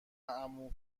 عمو